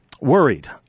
worried